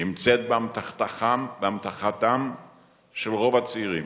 נמצאת באמתחתם של רוב הצעירים.